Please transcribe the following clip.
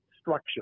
structure